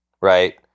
right